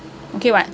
okay [what]